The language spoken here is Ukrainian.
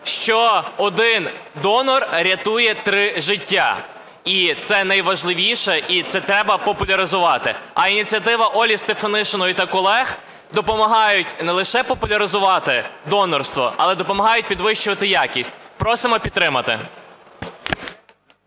що один донор рятує три життя, і це найважливіше, і це треба популяризувати. А ініціатива Олі Стефанишиної та колег допомагають не лише популяризувати донорство, але допомагають підвищувати якість. Просимо підтримати.